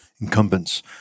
Incumbents